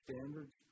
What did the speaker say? standards